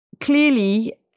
clearly